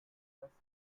durable